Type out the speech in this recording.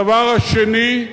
הדבר השני,